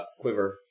Quiver